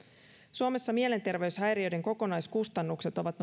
suomessa mielenterveyshäiriöiden kokonaiskustannukset ovat